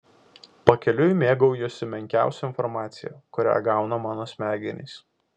pakeliui mėgaujuosi menkiausia informacija kurią gauna mano smegenys